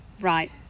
Right